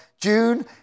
June